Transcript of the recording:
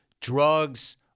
drugs